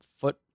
foot